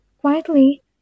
Quietly